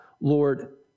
Lord